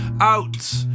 out